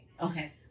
Okay